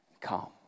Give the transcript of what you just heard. calm